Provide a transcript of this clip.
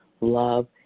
love